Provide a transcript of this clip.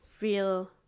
real